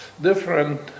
different